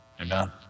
Amen